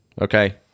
okay